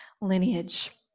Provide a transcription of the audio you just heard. lineage